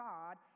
God